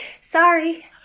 sorry